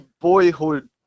boyhood